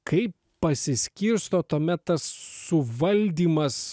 kaip pasiskirsto tuomet tas suvaldymas